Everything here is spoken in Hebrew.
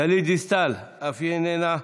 גלית דיסטל, אף היא איננה,